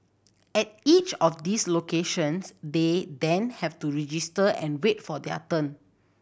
at each of these locations they then have to register and wait for their turn